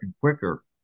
quicker